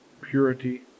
purity